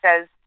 says